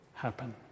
Happen